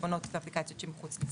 חשבונות ואפליקציות שהם מחוץ לישראל.